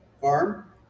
farm